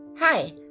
Hi